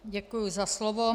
Děkuji za slovo.